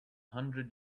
hundred